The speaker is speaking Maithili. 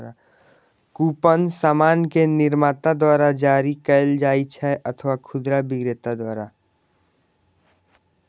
कूपन सामान के निर्माता द्वारा जारी कैल जाइ छै अथवा खुदरा बिक्रेता द्वारा